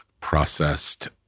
processed